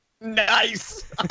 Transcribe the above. Nice